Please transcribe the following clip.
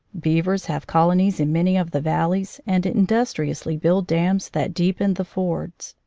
beavers have colonies in many of the valleys and in dustriously build dams that deepen the fords.